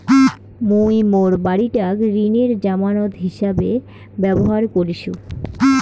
মুই মোর বাড়িটাক ঋণের জামানত হিছাবে ব্যবহার করিসু